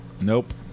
Nope